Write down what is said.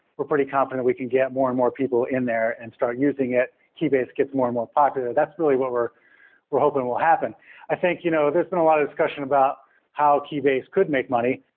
we're pretty confident we can get more and more people in there and start using it, keybase gets more and more popular. that's really what we're we're hoping will happen i think you know there's been a lot of discussion about how keybase could make money.